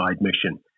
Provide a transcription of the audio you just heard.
mission